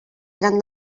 gran